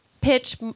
pitch